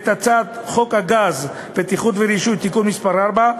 את הצעת חוק הגז (בטיחות ורישוי) (תיקון מס' 4),